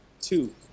two